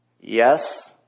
Yes